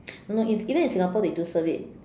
no no in even in Singapore they do serve it